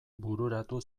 bururatu